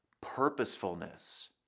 purposefulness